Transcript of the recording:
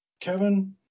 Kevin